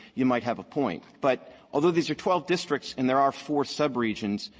you might have a point. but although these are twelve districts, and there are four subregions,